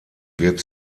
wird